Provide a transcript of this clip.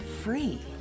free